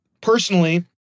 personally